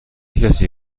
کسی